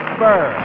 Spur